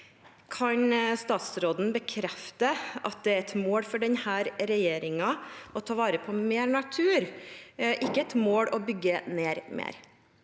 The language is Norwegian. Kan statsråden bekrefte at det er et mål for denne regjeringen å ta vare på mer natur, og ikke et mål å bygge ned mer?